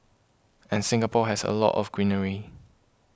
and Singapore has a lot of greenery